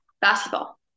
basketball